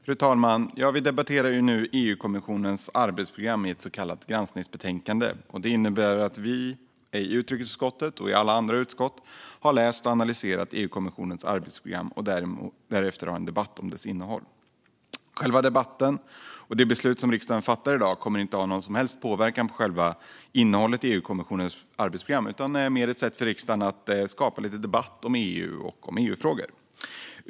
Fru talman! Vi debatterar nu EU-kommissionens arbetsprogram i ett så kallat granskningsbetänkande. Det innebär att utrikesutskottet liksom alla andra utskott har läst och analyserat EU-kommissionens arbetsprogram och därefter har en debatt om dess innehåll. Själva debatten och det beslut som riksdagen fattar i dag kommer inte att ha någon som helst påverkan på själva innehållet i EU-kommissionens arbetsprogram utan är mer ett sätt för riksdagen att skapa debatt om EU och EU-frågor.